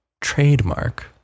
Trademark